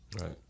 right